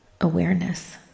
awareness